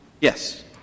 Yes